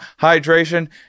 hydration